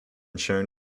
shown